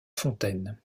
fontaines